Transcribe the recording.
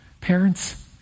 parents